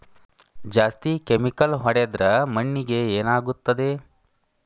ಜಾಸ್ತಿ ಕೆಮಿಕಲ್ ಹೊಡೆದ್ರ ಮಣ್ಣಿಗೆ ಏನಾಗುತ್ತದೆ?